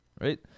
right